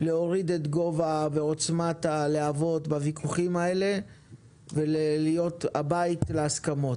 להוריד את גובה ועוצמת הלהבות בוויכוחים האלה ולהיות הבית להסכמות.